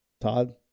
Todd